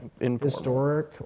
Historic